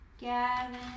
Gavin